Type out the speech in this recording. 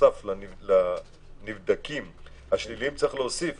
בנוסף לנבדקים השליליים צריך להוסיף